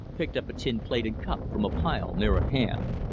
picked up a tin plate and cup from a pile near at hand.